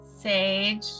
sage